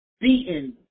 beaten